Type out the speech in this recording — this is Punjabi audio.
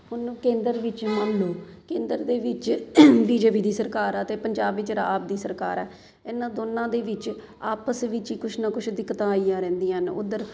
ਉਹਨੂੰ ਕੇਂਦਰ ਵਿੱਚ ਮੰਨ ਲਓ ਕੇਂਦਰ ਦੇ ਵਿੱਚ ਬੀ ਜੇ ਪੀ ਦੀ ਸਰਕਾਰ ਆ ਅਤੇ ਪੰਜਾਬ ਵਿੱਚ ਰ ਆਪ ਦੀ ਸਰਕਾਰ ਆ ਇਨ੍ਹਾਂ ਦੋਨਾਂ ਦੇ ਵਿੱਚ ਆਪਸ ਵਿੱਚ ਹੀ ਕੁਛ ਨਾ ਕੁਛ ਦਿੱਕਤਾਂ ਆਈਆਂ ਰਹਿੰਦੀਆਂ ਹਨ ਉੱਧਰ